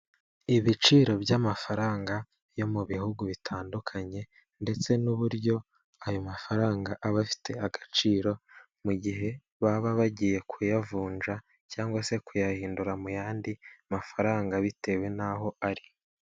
Ibiciro by'amafaranga yo mu bihugu bitandukanye ndetse n'uburyo ayo mafaranga aba afite agaciro mu gihe baba bagiye kuyavunja cyangwa se kuyahindura mu yandi mafaranga bitewe n'aho ari.